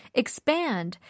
expand